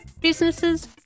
businesses